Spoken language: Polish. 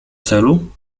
celu